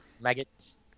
maggots